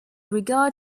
regard